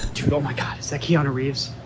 dude oh my god, is that keanu reeves?